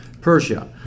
Persia